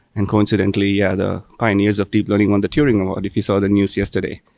and coincidentally, yeah, the pioneers of deep learning won the tiering and world if you saw the news yesterday.